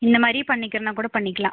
இந்த மாதிரி பண்ணிக்கிறதுன்னா கூட பண்ணிக்கலாம்